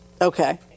Okay